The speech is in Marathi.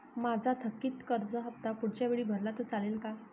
माझा थकीत कर्ज हफ्ता पुढच्या वेळी भरला तर चालेल का?